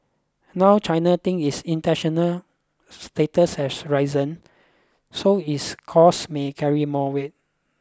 now China thinks its international status has risen so its calls may carry more weight